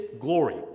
glory